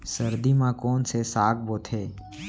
सर्दी मा कोन से साग बोथे?